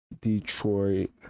Detroit